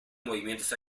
movimientos